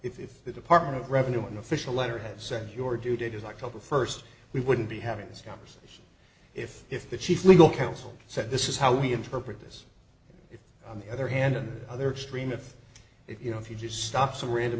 if the department of revenue an official letter said your due date is october first we wouldn't be having this conversation if if the chief legal counsel said this is how we interpret it if on the other hand and the other extreme of it you know if you just stuff some random